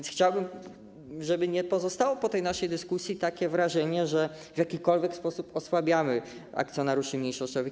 Chciałbym, żeby nie pozostało po tej dyskusji takie wrażenie, że w jakikolwiek sposób osłabiamy akcjonariuszy mniejszościowych.